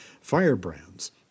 firebrands